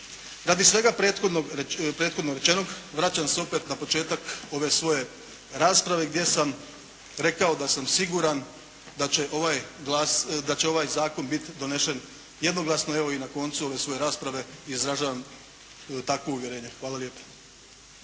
Radi svega prethodno rečenog, vraćam se opet na početak ove svoje rasprave gdje sam rekao da sam siguran da će ovaj zakon biti donesen jednoglasno. Evo i na koncu ove svoje rasprave izražavam takvo uvjerenje. Hvala lijepa.